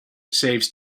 saves